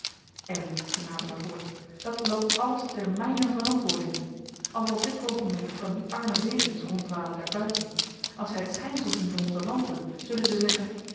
en ging havelaar voort dat loopt alles ter myner verantwoording als er op dit oogenblik van die arme wezens ronddwalen daar buiten als zy t schynsel zien van onze lampen zullen zy zeggen